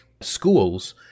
schools